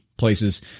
Places